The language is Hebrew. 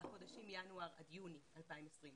לחודש ינואר עד יוני 2020,